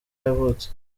yavutse